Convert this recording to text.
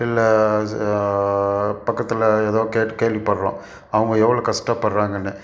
இல்லை பக்கத்தில் ஏதோ கே கேள்விப்படுறோம் அவங்க எவ்வளோ கஷ்டப்பட்றாங்கன்னு